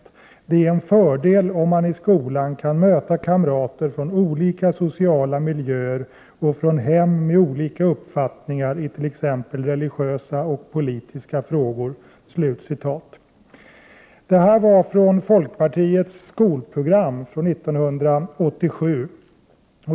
Det är en fördel om man i skolan kan möta kamrater från olika sociala miljöer och från hem med olika uppfattningar i t.ex. religiösa och politiska frågor.” Det här var från folkpartiets skolprogram år 1987.